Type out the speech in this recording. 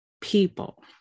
people